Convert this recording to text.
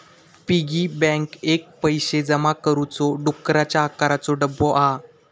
piggy bank एक पैशे जमा करुचो डुकराच्या आकाराचो डब्बो हा